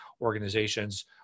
organizations